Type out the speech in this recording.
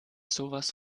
sowas